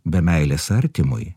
be meilės artimui